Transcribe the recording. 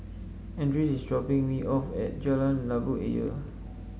Andres is dropping me off at Jalan Labu Ayer